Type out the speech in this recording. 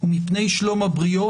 ומפני שלום הבריות,